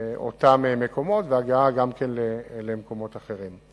אותם מקומות, וכן הגעה למקומות אחרים.